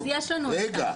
אז יש לנו --- רגע,